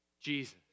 Jesus